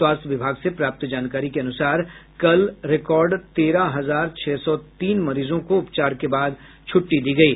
स्वास्थ्य विभाग से प्राप्त जानकारी के अनुसार कल रिकॉर्ड तेरह हजार छह सौ तीन मरीजों को उपचार के बाद छ्ट्टी दी गयी